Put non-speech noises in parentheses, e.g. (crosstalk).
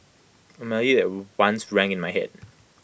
A melody (unintelligible) once rang in my Head